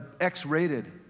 X-rated